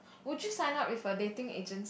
would you sign up with a dating agent